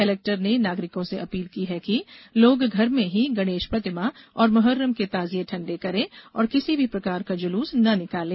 collector ने नागरिकों से अपील की है कि लोग घर में ही गणेश प्रतिमा और मोहर्रम के ताजिये ठंडा करें और किसी भी प्रकार का जुलूस न निकालें